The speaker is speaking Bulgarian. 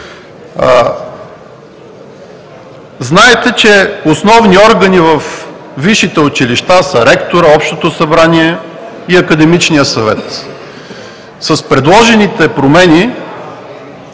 Знаете, че основни органи във висшите училища са ректорът, Общото събрание и Академичният съвет. С предложените промени